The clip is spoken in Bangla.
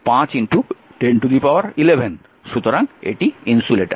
সুতরাং এটি ইনসুলেটর